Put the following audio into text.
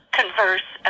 converse